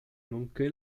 nonché